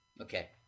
Okay